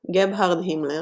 אביו, גבהארד הימלר,